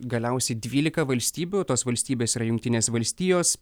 galiausiai dvylika valstybių tos valstybės yra jungtinės valstijos